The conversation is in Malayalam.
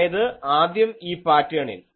അതായത് ആദ്യം ഈ പാറ്റേണിൽ